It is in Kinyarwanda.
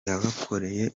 yabakoreye